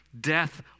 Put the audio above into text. death